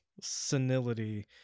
senility